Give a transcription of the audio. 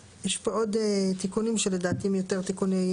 בשטחים, ענף כלכלה.